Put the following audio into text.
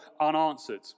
unanswered